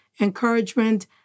encouragement